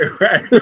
Right